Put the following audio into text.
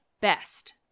best